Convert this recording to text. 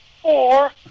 Four